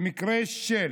במקרה של